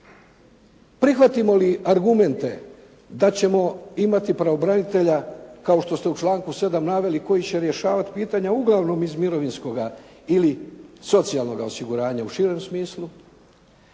Prihvatimo li argumente da ćemo imati pravobranitelja kao što ste u članku 7. naveli koji će rješavati pitanja uglavnom iz mirovinskoga ili socijalnoga osiguranja u širem smislu,